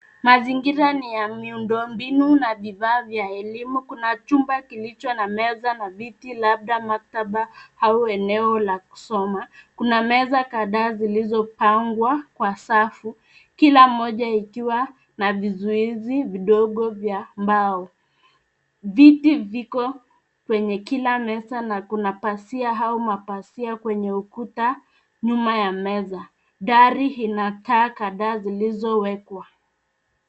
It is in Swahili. Mazingira ni ya miundo mbinu na vifaa vya elimu; kuna chumba kilicho na meza na viti labda maktaba au eneo la kusoma. Kuna meza kadhaa zilizopangwa kwa safu kila moja ikiwa na vizuizi vidogo vya mbao Viti viko kwenye kila meza na kuna pazia au mapazia kwenye ukuta nyuma ya meza. Dari ina taa kadhaa zilizowekwa.